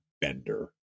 bender